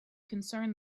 concerned